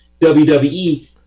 WWE